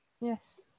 yes